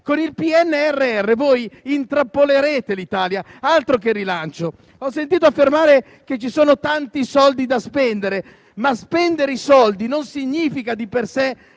Con il PNRR, voi intrappolerete l'Italia; altro che rilancio. Ho sentito affermare che ci sono tanti soldi da spendere, ma spendere i soldi non significa di per sé